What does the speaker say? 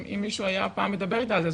אם מישהו היה פעם מדבר איתה על זה,